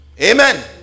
amen